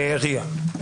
RIA,